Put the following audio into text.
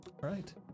right